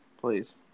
please